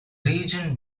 region